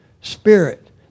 spirit